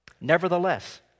Nevertheless